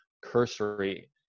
cursory